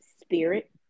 spirit